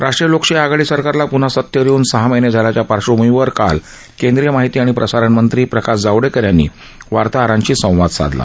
राष्ट्रीय लोकशाही आघाडी सरकारला प्न्हा सतेवर येऊन सहा महिने झाल्याच्या पार्श्वभूमीवर काल केंद्रीय माहिती आणि प्रसारणमंत्री प्रकाश जावडेकर यांनी वार्ताहरांशी संवाद साधला